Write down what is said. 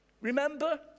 remember